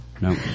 No